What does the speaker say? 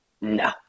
No